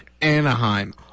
Anaheim